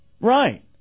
right